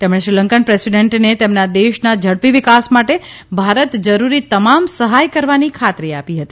તેમણે શ્રીલંકન પ્રેસિડેન્ટને તેમના દેશના ઝડપી વિકાસ માટે ભારત જરૂરી તમામ સહાય કરવાની ખાત્રી આપી હતી